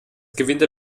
gewinde